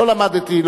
לא למדתי,